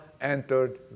entered